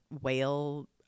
whale